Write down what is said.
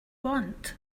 want